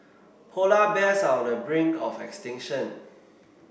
polar bears are on the brink of extinction